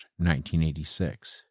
1986